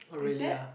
oh really ah